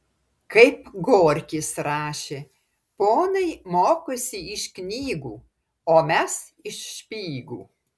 kaip gorkis rašė ponai mokosi iš knygų o mes iš špygų